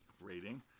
rating